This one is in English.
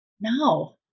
no